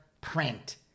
print